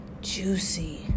juicy